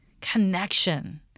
connection